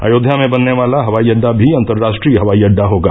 अयोध्या में बनने वाला हवाई अड्डा भी अंतर्राष्ट्रीय हवाई अड्डा होगा